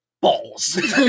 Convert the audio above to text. balls